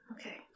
Okay